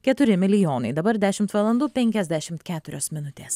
keturi milijonai dabar dešimt valandų penkiasdešimt keturios minutės